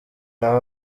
naho